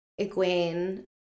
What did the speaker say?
Egwene